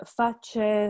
face